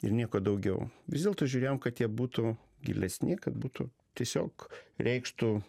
ir nieko daugiau vis dėlto žiūrėjom kad jie būtų gilesni kad būtų tiesiog reikštų